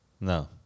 No